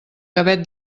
gavet